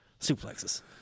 Suplexes